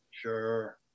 Sure